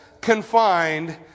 confined